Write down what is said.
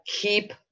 keep